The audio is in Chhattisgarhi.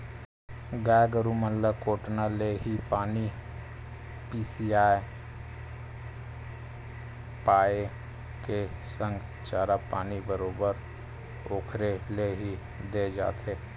गाय गरु मन ल कोटना ले ही पानी पसिया पायए के संग चारा पानी बरोबर ओखरे ले ही देय जाथे